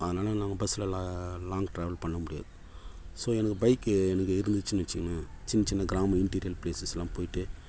அதனாலே நான் பஸ்ஸில் லாங் ட்ராவல் பண்ண முடியாது ஸோ எனக்கு பைக்கு எனக்கு இருந்துச்சுன்னு வைச்சுக்கங்களேன் சின்ன சின்ன கிராம இன்டீரியர் ப்ளேசஸ் எல்லாம் போயிவிட்டு